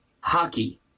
hockey